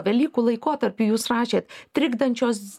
velykų laikotarpį jūs rašėt trikdančios